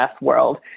world